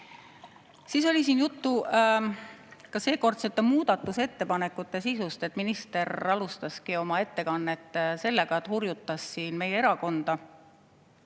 Samuti oli siin juttu seekordsete muudatusettepanekute sisust. Minister alustas oma ettekannet sellega, et hurjutas meie erakonda